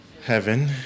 heaven